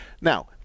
Now